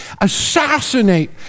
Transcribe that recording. assassinate